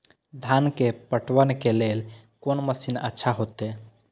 धान के पटवन के लेल कोन मशीन अच्छा होते?